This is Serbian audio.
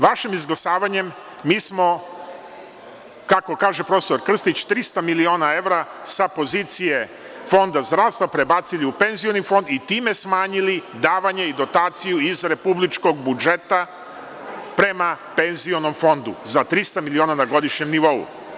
Vašem izglasavanjem mi smo kako kaže prof. Krstić 300 miliona evra sa pozicije Fonda zdravstva prebacili u PIO Fond i time smanjili davanje i dotaciju iz republičkog budžeta prema PIO Fondu, za 300 miliona na godišnjem nivou.